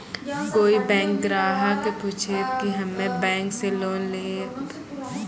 कोई बैंक ग्राहक पुछेब की हम्मे बैंक से लोन लेबऽ?